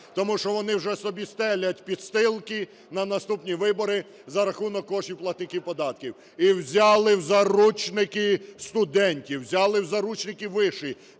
Тому що вони вже собі стелять підстілки на наступні вибори за рахунок коштів платників податків. І взяли в заручники студентів, взяли в заручники виші.